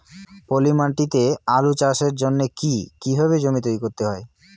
পলি মাটি তে আলু চাষের জন্যে কি কিভাবে জমি তৈরি করতে হয়?